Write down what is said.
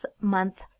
month